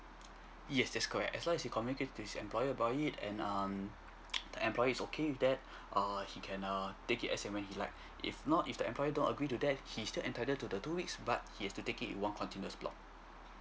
yes that's correct as long as he communicate to his employer about it and um the employer is okay with that err he can err take it as ever he liked if not if the employer don't agree to that he still entitled to the two weeks but he has to take it in one continuous block